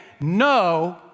no